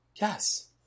Yes